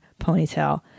ponytail